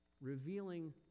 Revealing